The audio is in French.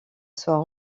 soit